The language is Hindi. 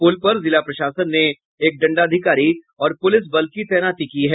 पुल पर जिला प्रशासन ने एक दंडाधिकारी और पुलिस बल की तैनाती की है